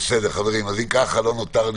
אני לא יכול להצביע